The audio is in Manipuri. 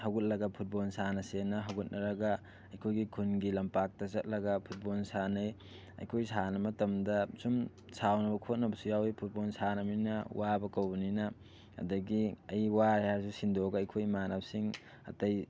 ꯍꯧꯒꯠꯂꯒ ꯐꯨꯠꯕꯣꯜ ꯁꯥꯟꯅꯁꯦꯅ ꯍꯧꯒꯠꯅꯔꯒ ꯑꯩꯈꯣꯏꯒꯤ ꯈꯨꯟꯒꯤ ꯂꯝꯄꯥꯛꯇ ꯆꯠꯂꯒ ꯐꯨꯠꯕꯣꯜ ꯁꯥꯟꯅꯩ ꯑꯩꯈꯣꯏ ꯁꯥꯟꯅꯕ ꯃꯇꯝꯗ ꯁꯨꯝ ꯁꯥꯎꯅꯕ ꯈꯣꯠꯅꯕꯁꯨ ꯌꯥꯎꯋꯤ ꯐꯨꯠꯕꯣꯜ ꯁꯥꯟꯅꯕꯅꯤꯅ ꯋꯥꯕ ꯀꯧꯕꯅꯤꯅ ꯑꯗꯒꯤ ꯑꯩ ꯋꯥꯔꯦ ꯍꯥꯏꯔꯁꯨ ꯁꯤꯟꯗꯣꯛꯑꯒ ꯑꯩꯈꯣꯏ ꯏꯃꯥꯟꯅꯕꯁꯤꯡ ꯑꯇꯩ